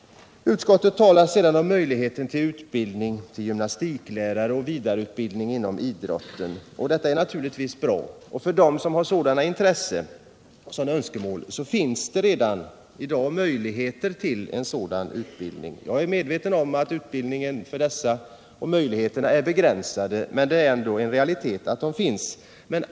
Utskottet talar också om möjligheten till utbildning till gymnastiklärare och om vidareutbildning inom idrotten, och det är naturligtvis bra. Men för dem som har sådana intressen och önskemål finns redan i dag möjligheter till en sådan utbildning. Jag är medveten om att möjligheterna i det här sammanhanget är begränsade, men det är ändå en realitet att de finns.